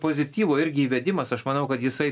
pozityvo irgi įvedimas aš manau kad jisai